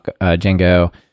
django